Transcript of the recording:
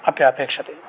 अपि अपेक्षते